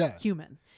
human